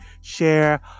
share